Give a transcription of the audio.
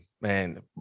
man